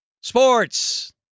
Sports